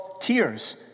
tears